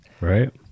Right